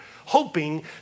hoping